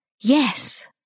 Yes